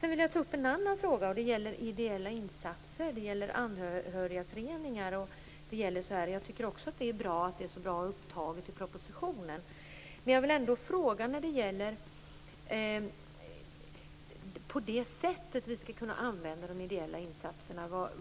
Sedan vill jag ta upp en annan fråga. Det gäller ideella insatser. Det gäller anhörigföreningar. Jag tycker också att det bra att det är så bra upptaget i propositionen. Men jag vill ändå fråga när det gäller det sätt som vi skall kunna använda de ideella insatserna på.